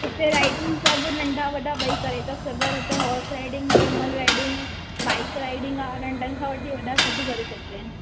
उते राइडिंग सभु नंढा वॾा ॿई करे था सघनि हुते horse riding camel riding bike riding आहे नंढनि खां वठी वॾा सभु करे सघंदा आहिनि